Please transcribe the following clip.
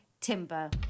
Timber